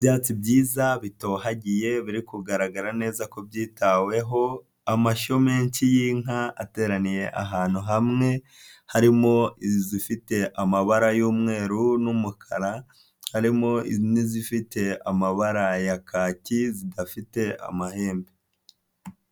Ibyatsi byiza bitohagiye biri kugaragara neza ko byitaweho, amashyo menshi y'inka ateraniye ahantu hamwe harimo izifite amabara y'umweru n'umukara, harimo n'izifite amabara ya kaki zidafite amahembe.